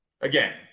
again